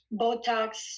botox